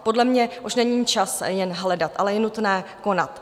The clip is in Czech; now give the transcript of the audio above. Podle mě už není čas jen hledat, ale je nutné konat.